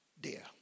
dear